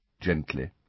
gently